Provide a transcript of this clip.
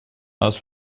раз